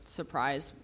surprise